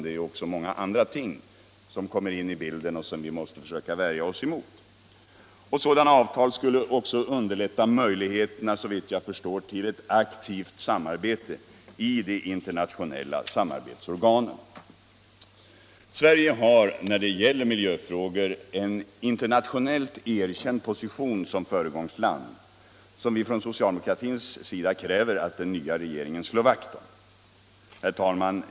Det kommer in mycket annat i bilden som vi måste försöka värja oss emot. Såvitt jag förstår skulle sådana avtal också vidga möjligheterna till ett aktivt samarbete i de internationella samarbetsorganen. Sverige har när det gäller miljöfrågor en internationellt erkänd position som föregångsland, som vi från socialdemokratins sida kräver att den nya regeringen slår vakt om. Herr talman!